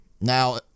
Now